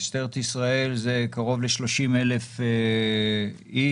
משטרת ישראל היא קרוב ל-30,000 איש.